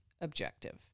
objective